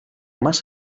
más